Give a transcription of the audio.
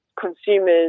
consumers